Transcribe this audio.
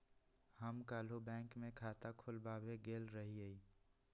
हम काल्हु बैंक में खता खोलबाबे गेल रहियइ